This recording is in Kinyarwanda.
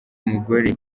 umugore